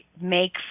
make